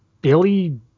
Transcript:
Billy